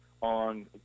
on